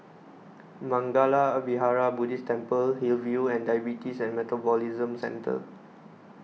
Mangala Vihara Buddhist Temple Hillview and Diabetes and Metabolism Centre